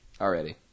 Already